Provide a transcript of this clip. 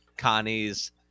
Connie's